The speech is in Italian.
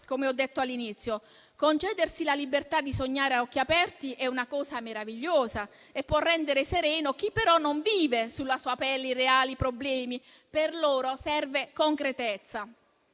come ho detto all'inizio; concedersi la libertà di sognare a occhi aperti è una cosa meravigliosa e può rendere sereno chi però non vive sulla sua pelle i reali problemi. Per loro serve concretezza.